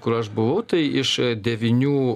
kur aš buvau tai iš devynių